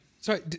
Sorry